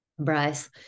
Bryce